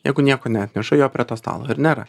jeigu nieko neatneša jo prie to stalo ir nėra